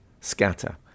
scatter